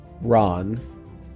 Ron